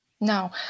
No